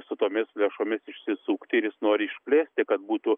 su tomis lėšomis išsisukti ir jis nori išplėsti kad būtų